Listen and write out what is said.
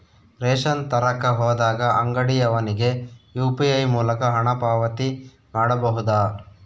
Ration ತರಕ ಹೋದಾಗ ಅಂಗಡಿಯವನಿಗೆ ಯು.ಪಿ.ಐ ಮೂಲಕ ಹಣ ಪಾವತಿ ಮಾಡಬಹುದಾ?